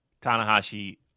Tanahashi